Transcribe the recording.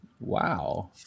Wow